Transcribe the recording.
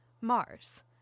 Mars